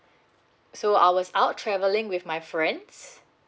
so I was out travelling with my friends